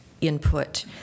input